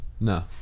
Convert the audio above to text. no